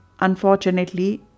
unfortunately